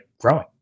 growing